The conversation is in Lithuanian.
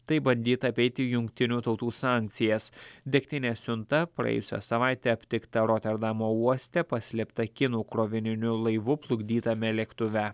taip bandyta apeiti jungtinių tautų sankcijas degtinės siunta praėjusią savaitę aptikta roterdamo uoste paslėpta kinų krovininiu laivu plukdytame lėktuve